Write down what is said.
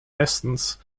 lessons